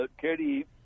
Katie